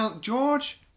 George